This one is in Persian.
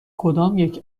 کدامیک